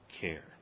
care